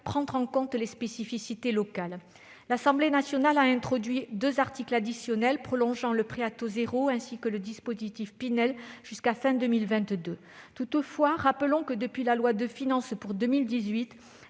prendre en compte les spécificités locales. L'Assemblée nationale a introduit deux articles additionnels, prolongeant le prêt à taux zéro, ainsi que le dispositif Pinel jusqu'à la fin de 2022. Toutefois, rappelons que, depuis la loi de finances pour 2018,